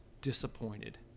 disappointed